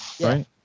right